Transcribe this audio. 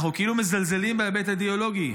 אנחנו כאילו מזלזלים בהיבט האידיאולוגי.